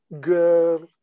girl